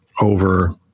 over